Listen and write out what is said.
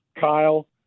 Kyle